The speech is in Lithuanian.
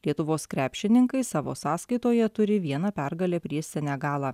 lietuvos krepšininkai savo sąskaitoje turi vieną pergalę prieš senegalą